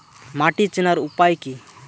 মাটি চেনার উপায় কি?